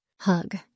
Hug